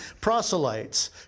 proselytes